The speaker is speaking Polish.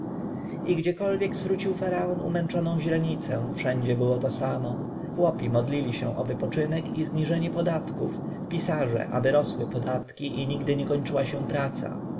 gdziekolwiek zwrócił faraon umęczoną źrenicę wszędzie było to samo chłopi modlili się o wypoczynek i zniżenie podatków pisarze aby rosły podatki i nigdy nie kończyła się praca